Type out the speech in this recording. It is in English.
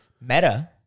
Meta